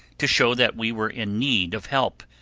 to show that we were in need of help,